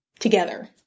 together